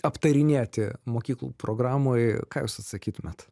aptarinėti mokyklų programoj ką jūs atsakytumėt